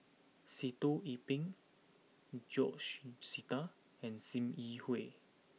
Sitoh Yih Pin George Sita and Sim Yi Hui